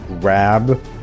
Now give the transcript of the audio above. grab